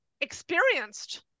experienced